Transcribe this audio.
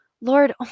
Lord